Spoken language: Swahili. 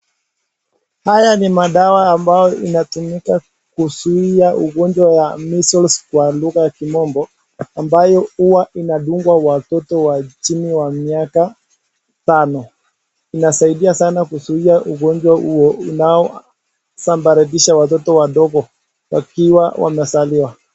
Haya ni madawa ambao inatumika kuzuia ugonjwa wa measles kwa lugha ya kimombo, ambayo huwa inadungwa watoto wa chini wa miaka tano. Inasaidia sana kuzuia ugonjwa huo unaosambaratisha watoto wadogo wakiwa wamezaliwa.